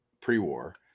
pre-war